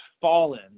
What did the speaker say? fallen